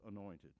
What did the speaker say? anointed